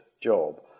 job